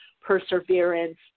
perseverance